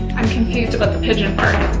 i'm confused about the pigeon part.